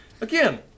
again